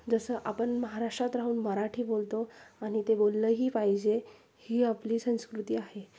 जसं आपण महाराष्ट्रात राहून मराठी बोलतो आणि ते बोललंही पाहिजे ही आपली संस्कृती आहे